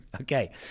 okay